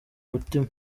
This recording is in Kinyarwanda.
mutima